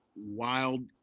Wild